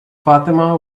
fatima